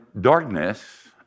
darkness